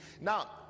now